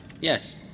Yes